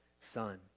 son